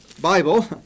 Bible